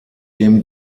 dem